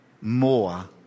more